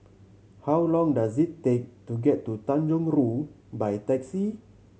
how long does it take to get to Tanjong Rhu by taxi